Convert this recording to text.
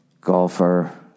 golfer